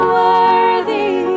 worthy